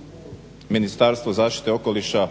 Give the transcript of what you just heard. da je Ministarstvo zaštite okoliša